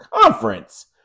Conference